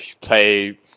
play